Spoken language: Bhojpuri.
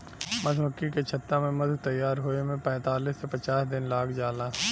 मधुमक्खी के छत्ता में मधु तैयार होये में पैंतालीस से पचास दिन लाग जाला